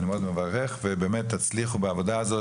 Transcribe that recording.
אני מברך מאוד שתצליחו באמת בעבודה הזאת,